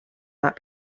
not